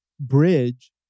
bridge